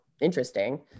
interesting